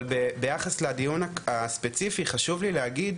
ביחס לדיון הספציפי חשוב לי להגיד,